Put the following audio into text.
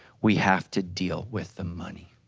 we have to deal with the money.